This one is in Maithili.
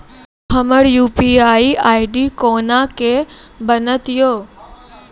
हमर यु.पी.आई आई.डी कोना के बनत यो?